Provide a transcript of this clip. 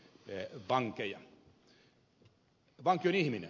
vanki on ihminen